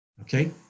okay